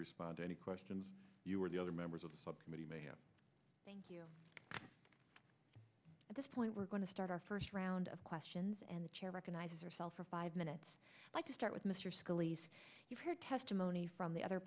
respond to any questions you or the other members of the subcommittee may have thank you at this point we're going to start our first round of questions and the chair recognizes herself for five minutes like to start with mr scully's you've heard testimony from the other